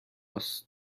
است